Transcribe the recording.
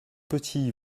petit